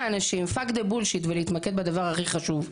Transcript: אנשים פאק דה בולשיט ולהתמקד בדבר הכי חשוב,